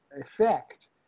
effect